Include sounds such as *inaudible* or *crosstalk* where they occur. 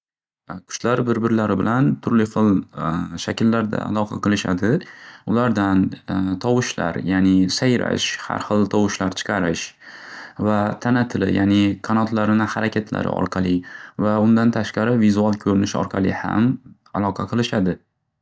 Qushlar bir birlari bilan tur xil *hesitation* shakllarda aloqa qilishadi ulardan tovushlar yani sayrash xar xil tovushlar chiqarish va tana tili yani qanotlarini xarakatlari orqali va undan tashqari vizual ko'rinish orqali ham aloqa qilishadi.